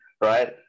right